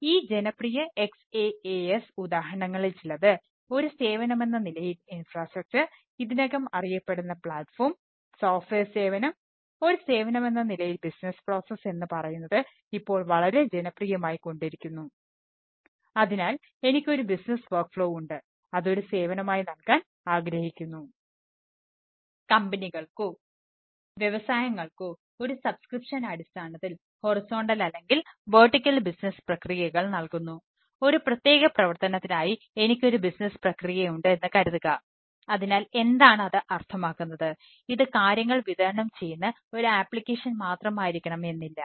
അതിനാൽ ഈ ജനപ്രിയ XaaS ഉദാഹരണങ്ങളിൽ ചിലത് ഒരു സേവനമെന്ന നിലയിൽ ഇൻഫ്രാസ്ട്രക്ചർ മാത്രമായിരിക്കണം എന്നില്ല